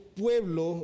pueblo